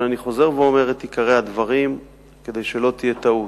אבל אני חוזר ואומר את עיקרי הדברים כדי שלא תהיה טעות: